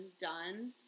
done